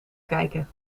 kijken